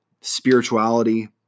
spirituality